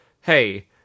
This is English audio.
Hey